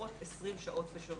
לפחות 20 שעות בשבוע.